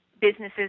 businesses